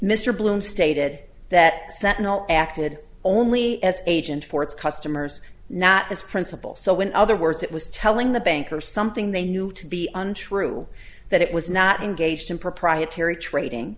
mr bloom stated that sentinel acted only as agent for its customers not its principal so in other words it was telling the banker something they knew to be untrue that it was not engaged in proprietary trading